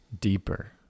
deeper